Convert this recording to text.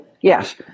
Yes